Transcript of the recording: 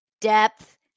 depth